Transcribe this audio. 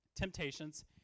temptations